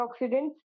antioxidants